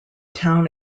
town